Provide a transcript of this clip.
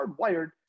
hardwired